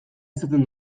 izaten